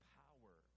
power